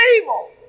evil